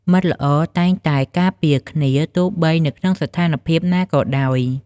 មិត្តល្អតែងតែការពារគ្នា ទោះបីនៅក្នុងស្ថានភាពណាក៏ដោយ។